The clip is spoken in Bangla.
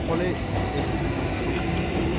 ফলে এ ধরনের লোক সংখ্যা কিন্তু